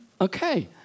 Okay